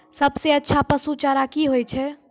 सबसे अच्छा पसु चारा की होय छै?